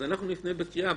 אז אנחנו נפנה בקריאה.